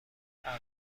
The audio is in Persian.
اغلب